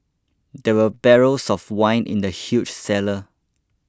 there were barrels of wine in the huge cellar